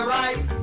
right